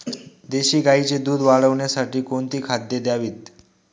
देशी गाईचे दूध वाढवण्यासाठी कोणती खाद्ये द्यावीत?